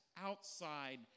outside